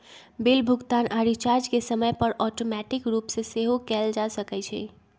bill भुगतान आऽ recharge के समय पर ऑटोमेटिक रूप से सेहो कएल जा सकै छइ